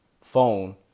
phone